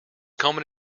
common